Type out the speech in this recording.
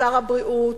שר הבריאות,